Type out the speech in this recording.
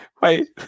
wait